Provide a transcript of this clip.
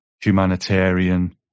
humanitarian